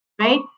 right